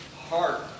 heart